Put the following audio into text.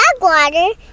Backwater